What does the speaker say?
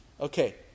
Okay